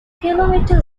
kilometer